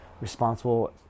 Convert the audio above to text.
Responsible